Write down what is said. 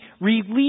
release